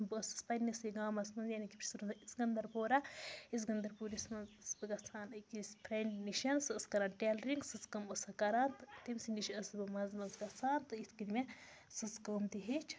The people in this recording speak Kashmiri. بہٕ ٲسٕس پنٛنِسٕے گامَس منٛز یعنی کہِ بہٕ چھَس روزان سِکَںٛدَرپورہ یُس گَںٛدَرپوٗرِس منٛز ٲسٕس بہٕ گژھان أکِس فرٛٮ۪نٛڈِ نِش سُہ ٲس کَران ٹیلرِنٛگ سٕژ کٲم ٲس سۄ کَران تہٕ تٔمۍ سٕے نِش ٲسٕس بہٕ مںٛزٕ منٛزٕ گژھان تہٕ یِتھ کَنۍ مےٚ سٕژ کٲم تہِ ہیٚچھۍ